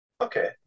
Okay